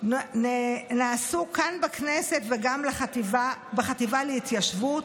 שנעשו כאן בכנסת וגם בחטיבה להתיישבות.